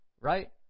right